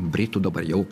britų dabar jau